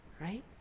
right